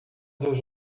dos